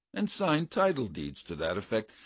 and signed title-deeds to that effect.